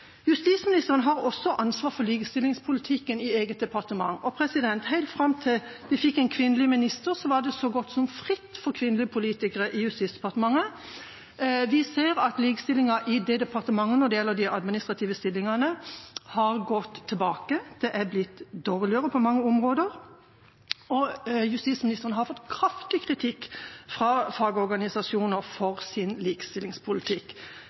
Justisministeren har også ansvar for likestillingspolitikken i eget departement, og helt fram til vi fikk en kvinnelig minister, var det så godt som fritt for kvinnelige politikere i Justisdepartementet. Vi ser at likestillingen i det departementet når det gjelder de administrative stillingene, har gått tilbake. Det har blitt dårligere på mange områder, og justisministeren har fått kraftig kritikk fra fagorganisasjoner for sin likestillingspolitikk.